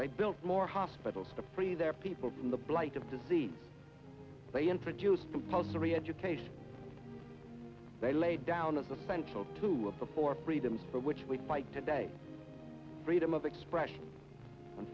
they built more hospitals to free their people from the blight of disease they introduced compulsory education they laid down as essential to support freedom for which we fight today freedom of expression and